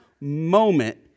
moment